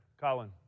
Colin